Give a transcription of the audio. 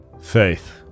Faith